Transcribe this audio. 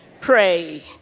Pray